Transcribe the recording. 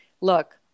look